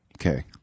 Okay